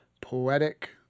poetic